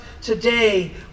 today